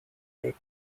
sake